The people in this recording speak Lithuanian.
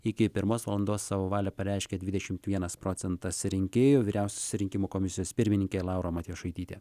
iki pirmos valandos savo valią pareiškė dvidešimt vienas procentas rinkėjų vyriausiosios rinkimų komisijos pirmininkė laura matjošaitytė